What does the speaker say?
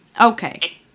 Okay